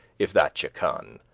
if that ye conne,